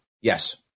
Yes